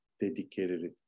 dedicated